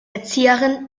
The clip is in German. erzieherin